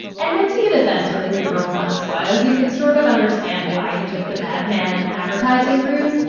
and once you get a sense for who earl muntz was, you can sort of understand why he took the madman advertising route.